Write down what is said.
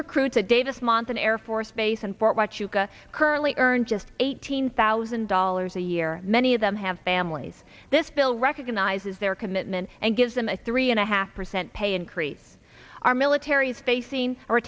recruits a davis monson air force base and fort huachuca currently earn just eighteen thousand dollars a year many of them have families this bill recognizes their commitment and gives them a three and a half percent pay increase our military is facing